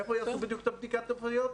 איפה יעשו בדיוק את הבדיקות הרפואיות?